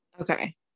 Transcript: Okay